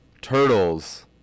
turtles